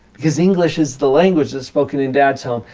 because english is the language that's spoken in dad's home.